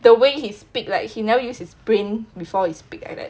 the way he speak like he never use his brain before he speak like that